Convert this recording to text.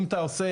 אם אתה עושה